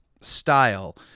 style